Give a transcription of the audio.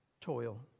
toil